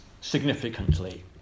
significantly